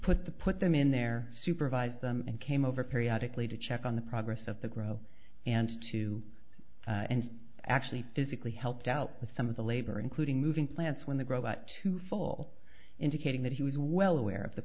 put the put them in there supervise them and came over periodically to check on the progress of the grow and to and actually physically helped out with some of the labor including moving plants when they grow but two full indicating that he was well aware of the